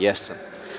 Jesam.